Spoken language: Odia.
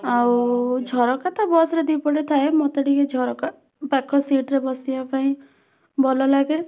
ଆଉ ଝରକା ତ ବସ୍ର ଦୁଇ'ପଟେ ଥାଏ ମୋତେ ଟିକେ ଝରକା ପାଖ ସିଟ୍ ରେ ବସିବାପାଇଁ ଭଲଲାଗେ